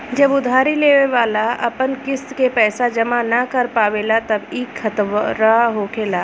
जब उधारी लेवे वाला अपन किस्त के पैसा जमा न कर पावेला तब ई खतरा होखेला